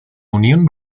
unión